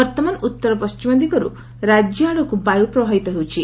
ବର୍ଉମାନ ଉଉର ପଣ୍ଣିମ ଦିଗରୁ ରାକ୍ୟ ଆଡ଼କୁ ବାୟୁ ପ୍ରବାହିତ ହେଉଛି